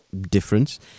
difference